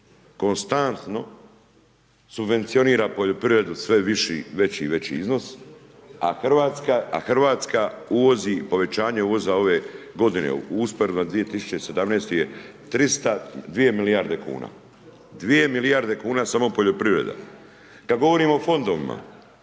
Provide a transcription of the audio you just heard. konstantno subvencionira poljoprivredu sve viši veći i veći iznos, a Hrvatska uvozi povećanje uvoza ove godine usporedno 2017. je 300 2 milijarde kuna, 2 milijarde kuna samo poljoprivreda. Kad govorimo o fondovima